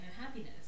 happiness